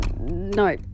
No